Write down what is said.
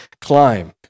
climb